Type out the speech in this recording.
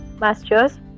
master's